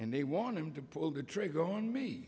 and they want him to pull the trigger on me